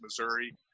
Missouri